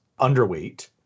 underweight